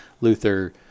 Luther –